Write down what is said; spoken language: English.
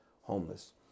homeless